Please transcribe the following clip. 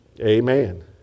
Amen